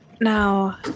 now